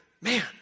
man